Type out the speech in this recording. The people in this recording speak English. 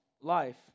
life